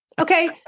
Okay